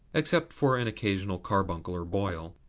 except for an occasional carbuncle or boil.